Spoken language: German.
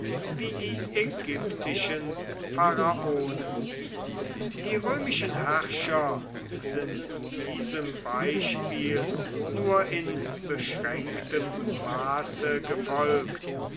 wie die ägyptischen pharaonen die römischen herrscher sind diesem beispiel nur in beschränktem maße gefolgt